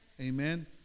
amen